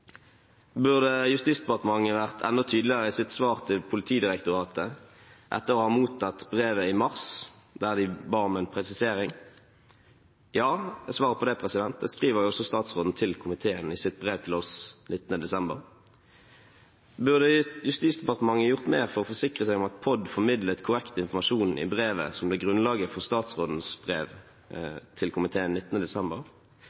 Burde Justis- og beredskapsdepartementet vært enda tydeligere i sitt svar til Politidirektoratet, etter å ha mottatt brevet i mars, der de ba om en presisering? Ja, er svaret på det. Det skriver også statsråden til komiteen i sitt brev til oss 19. desember. Burde Justis- og beredskapsdepartementet gjort mer for å forsikre seg om at POD formidlet korrekt informasjon i brevet som ble grunnlaget for statsrådens brev til komiteen 19. desember?